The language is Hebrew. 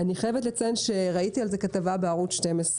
אני חייבת לציין שראיתי על זה כתבה בערוץ 12,